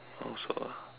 I also ah